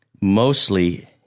mostly